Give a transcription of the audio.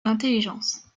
l’intelligence